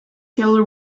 hill